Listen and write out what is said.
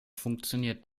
funktioniert